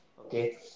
okay